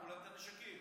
לקחו להם נשקים.